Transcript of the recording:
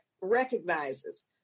recognizes